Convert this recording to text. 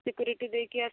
security ଦେଇକି ଆସିବି